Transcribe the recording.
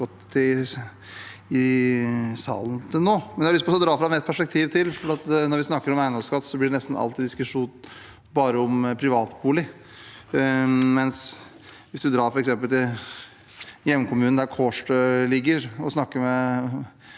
Jeg har lyst til å dra fram et perspektiv til, for når vi snakker om eiendomsskatt, blir det nesten alltid en diskusjon bare om privatbolig. Men hvis man drar f.eks. til hjemkommunen der Kårstø ligger, og snakker med